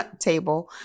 table